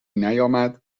نیامد